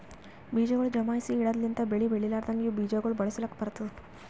ಬೀಜಗೊಳ್ ಜಮಾಯಿಸಿ ಇಡದ್ ಲಿಂತ್ ಬೆಳಿ ಬೆಳಿಲಾರ್ದಾಗ ಇವು ಬೀಜ ಗೊಳ್ ಬಳಸುಕ್ ಬರ್ತ್ತುದ